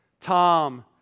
Tom